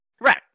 Right